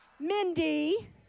Mindy